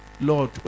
Lord